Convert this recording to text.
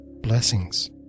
Blessings